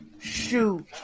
shoot